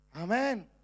Amen